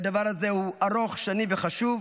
והדבר הזה הוא ארוך שנים וחשוב.